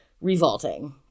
revolting